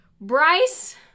Bryce